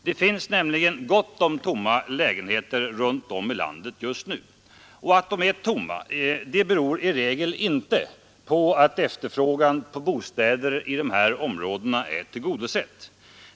Det finns nämligen gott om tomma lägenheter runt om i landet just nu och att de är tomma beror i regel inte på att efterfrågan på bostäder i de här områdena är tillgodosedd.